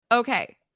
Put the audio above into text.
Okay